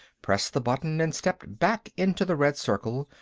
pressed the button and stepped back into the red circle,